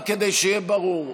רק כדי שיהיה ברור: